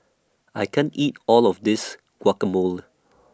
I can't eat All of This Guacamole